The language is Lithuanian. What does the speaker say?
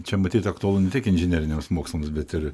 čia matyt aktualu ne tik inžineriniams mokslams bet ir